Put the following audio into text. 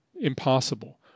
impossible